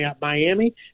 Miami